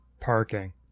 parking